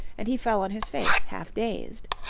and he fell on his face, half dazed.